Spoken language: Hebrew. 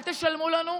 אל תשלמו לנו.